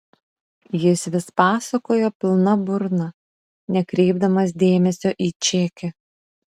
jis vis pasakojo pilna burna nekreipdamas dėmesio į čekį